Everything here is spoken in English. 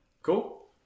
Cool